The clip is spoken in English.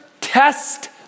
test